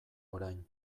orain